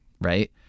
right